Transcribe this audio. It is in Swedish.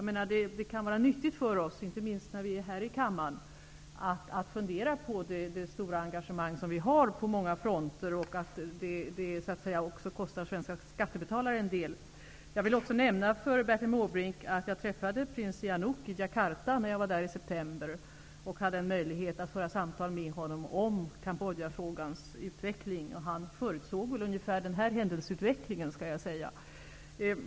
Det kan vara nyttigt för oss, inte minst när vi är här i kammaren, att fundera på det stora engagemang som vi har på många fronter och att det också kostar svenska skattebetalare en del. Jag vill också nämna för Bertil Måbrink att jag träffade prins Sihanouk när jag var i Jakarta i september och hade möjlighet att föra samtal med honom om Kambodjafrågan. Han förutsåg ungefär den här utvecklingen.